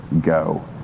go